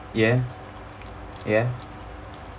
ya ya